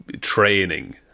training